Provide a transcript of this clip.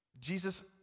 jesus